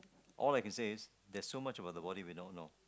all I can say is there's so much about the body we don't know